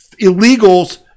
illegals